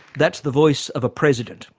that's the voice of a president,